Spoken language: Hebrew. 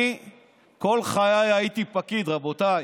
אני כל חיי הייתי פקיד, רבותיי.